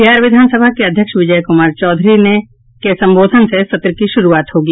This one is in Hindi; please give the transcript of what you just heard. बिहार विधान सभा के अध्यक्ष विजय कुमार चौधरी के संबोधन से सत्र की शुरूआत होगी